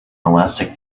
elastic